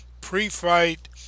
pre-fight